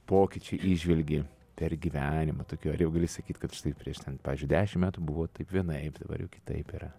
pokyčių įžvelgi per gyvenimą tokių ar jau gali sakyt kad štai prieš ten pavyzdžiui dešim metų buvo taip vienaip dabar jau kitaip yra